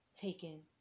taken